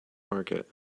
market